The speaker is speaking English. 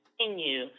continue